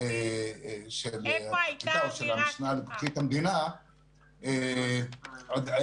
שאלתי איפה הייתה האמירה שלך.